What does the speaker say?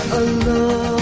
alone